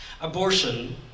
Abortion